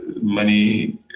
money